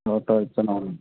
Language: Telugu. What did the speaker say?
ఓకే ఇస్తున్నాం అండి